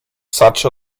such